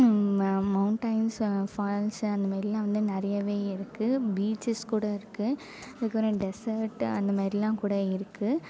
mountains falls அதுமாதிரிலாம் நிறையவே இருக்கு பீச்சஸ் கூட இருக்கு அதுக்கு அப்றம் டெசட்டு அந்தமாரிலாம் கூட இருக்கு